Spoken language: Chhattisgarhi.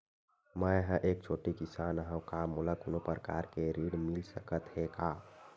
मै ह एक छोटे किसान हंव का मोला कोनो प्रकार के ऋण मिल सकत हे का?